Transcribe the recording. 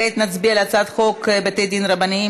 כעת נצביע על הצעת חוק בתי דין רבניים